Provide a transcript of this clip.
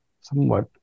somewhat